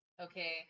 okay